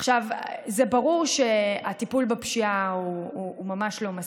זה ברור שהטיפול בפשיעה ממש לא מספיק,